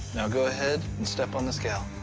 now go ahead and step on the scale.